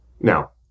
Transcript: now